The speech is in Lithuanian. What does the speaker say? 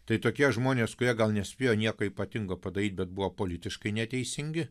tai tokie žmonės kurie gal nespėjo nieko ypatingo padaryt bet buvo politiškai neteisingi